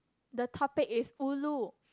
the topic is ulu